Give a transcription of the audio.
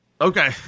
Okay